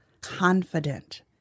confident